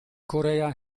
korea